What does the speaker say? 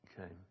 Okay